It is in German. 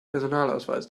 personalausweis